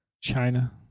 China